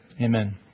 Amen